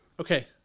Okay